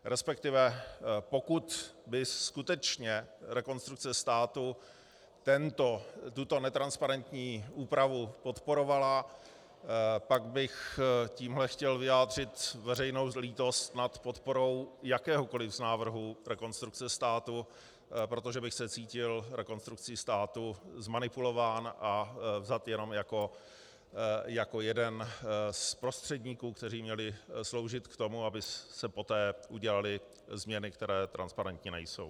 Respektive pokud by skutečně Rekonstrukce státu tuto netransparentní úpravu podporovala, tak bych tímhle chtěl vyjádřit veřejnou lítost nad podporou jakéhokoli z návrhů Rekonstrukce státu, protože bych se cítil Rekonstrukcí státu zmanipulován a vzat jenom jako jeden z prostředníků, kteří měli sloužit k tomu, aby se poté udělaly změny, které transparentní nejsou.